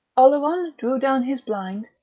oleron drew down his blind,